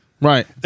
Right